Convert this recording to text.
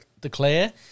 declare